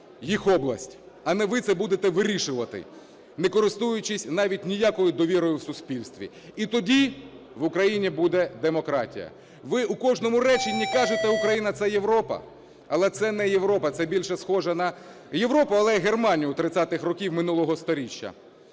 їх область, а не ви це будете вирішувати, не користуючись навіть ніякої довірою в суспільстві. І тоді в Україні буде демократія. Ви у кожному реченні кажете: Україна – це Європа. Але це не Європа, це більше схоже на… Європу, але Германію у 30-х роках минулого сторіччя.